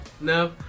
No